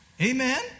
Amen